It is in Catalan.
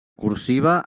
cursiva